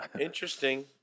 Interesting